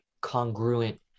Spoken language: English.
congruent